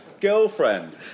girlfriend